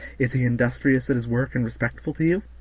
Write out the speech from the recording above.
is he industrious at his work and respectful to you?